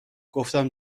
گفتم